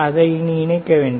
அதை இனி இணைக்க வேண்டாம்